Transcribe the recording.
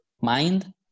mind